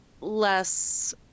Less